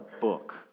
book